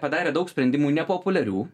padarė daug sprendimų nepopuliarių